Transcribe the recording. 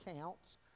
counts